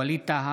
ווליד טאהא,